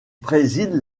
préside